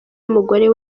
umugore